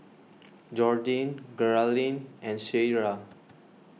Jordyn Geralyn and Cierra